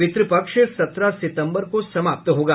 पितृपक्ष सत्रह सितम्बर को समाप्त होगा